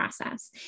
process